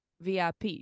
VIP